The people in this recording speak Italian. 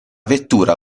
vettura